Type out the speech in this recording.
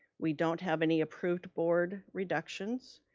we don't have any approved board reductions,